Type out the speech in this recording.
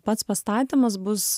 pats pastatymas bus